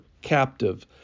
captive